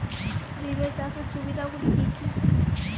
Relay চাষের সুবিধা গুলি কি কি?